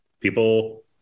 People